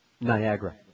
Niagara